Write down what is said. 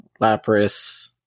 Lapras